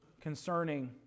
concerning